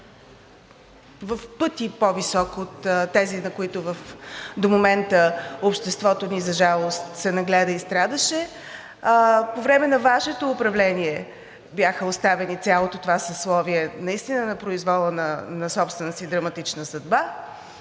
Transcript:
в пъти по-висок от тези, на които до момента обществото ни, за жалост, се нагледа и страдаше. По време на Вашето управление бяха оставени цялото това съсловие наистина на произвола на собствената си драматична съдба,